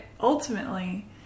ultimately